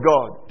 God